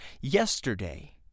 yesterday